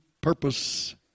purpose